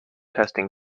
testing